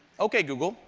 ok google,